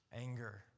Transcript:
anger